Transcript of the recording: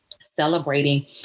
celebrating